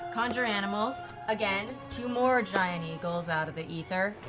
conjure animals, again, two more giant eagles out of the ether.